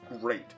great